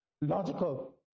Logical